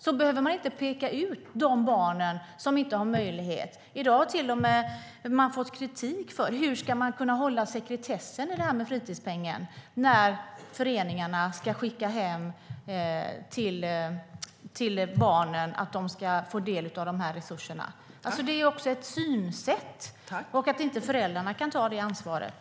Då behöver man inte peka ut de barn som inte har möjlighet. I dag har man fått kritik: Hur ska man kunna hålla sekretessen när det gäller fritidspengen när det är föreningarna som ska skicka underlag för att barnen ska få del av resurserna? Det är ett synsätt där man menar att föräldrarna inte kan ta det ansvaret.